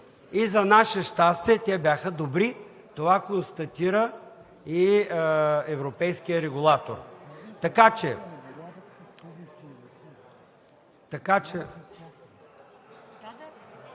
и за наше щастие те бяха добри. Това констатира и европейският регулатор.